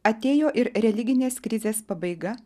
atėjo ir religinės krizės pabaiga